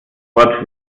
sport